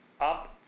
up